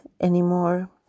anymore